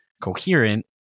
coherent